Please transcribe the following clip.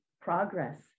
Progress